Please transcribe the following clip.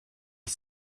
dix